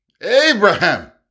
Abraham